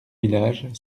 village